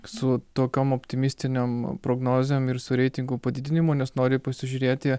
su tokiom optimistinėm prognozėm ir su reitingų padidinimu nes nori pasižiūrėti